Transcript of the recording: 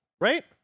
right